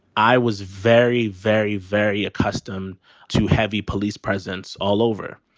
i was very, very, very accustomed to heavy police presence all over.